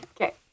Okay